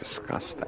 disgusting